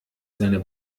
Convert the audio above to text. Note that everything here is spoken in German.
seiner